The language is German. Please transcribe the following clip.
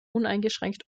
uneingeschränkt